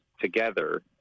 together